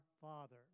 Father